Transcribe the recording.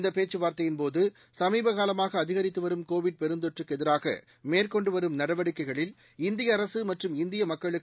இந்த பேச்சுவார்த்தையின் போது சமீபகாலமாக அதிகரித்துவரும் கோவிட் பெருந்தொற்றுக்கு எதிராக மேற்கொண்டுவரும் நடவடிக்கைகளில் இந்திய அரசு மற்றும் இந்திய மக்களுக்கு